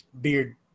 Beard